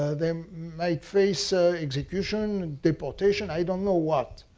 ah they um might face ah execution, and deportation, i don't know what.